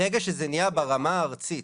ברגע שזה נהיה ברמה הארצית